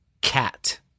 cat